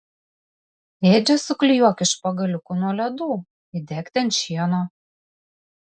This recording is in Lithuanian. ėdžias suklijuok iš pagaliukų nuo ledų įdėk ten šieno